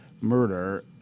murder